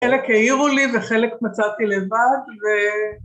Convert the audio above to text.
חלק העירו לי וחלק מצאתי לבד ו...